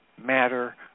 matter